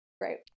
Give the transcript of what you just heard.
Great